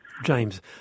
James